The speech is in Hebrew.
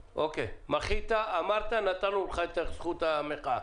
מחית אמרת, נתנו לך את זכות המחאה.